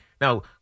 Now